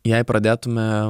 jei pradėtume